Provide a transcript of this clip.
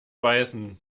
beißen